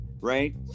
right